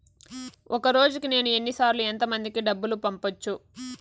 ఒక రోజుకి నేను ఎన్ని సార్లు ఎంత మందికి డబ్బులు పంపొచ్చు?